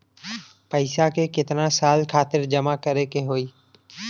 पैसा के कितना साल खातिर जमा करे के होइ?